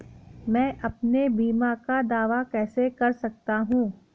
मैं अपने बीमा का दावा कैसे कर सकता हूँ?